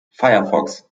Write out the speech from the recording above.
firefox